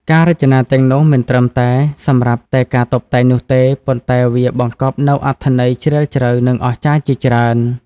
ការរចនាទាំងនោះមិនត្រឹមតែសម្រាប់តែការតុបតែងនោះទេ ប៉ុន្តែវាបង្កប់នូវអត្ថន័យជ្រាលជ្រៅនិងអស្ចារ្យជាច្រើន។